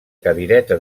cadireta